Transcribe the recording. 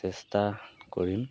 চেষ্টা কৰিম